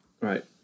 Right